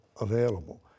available